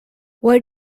where